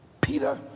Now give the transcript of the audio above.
Peter